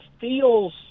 feels